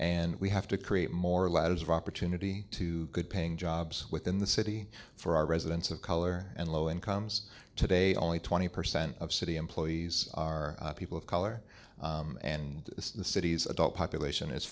and we have to create more ladders of opportunity to good paying jobs within the city for our residents of color and low incomes today only twenty percent of city employees are people of color and the city's adult population is